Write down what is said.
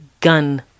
gun